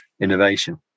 innovation